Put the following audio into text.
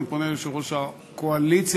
אני פונה ליושב-ראש הקואליציה,